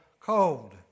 cold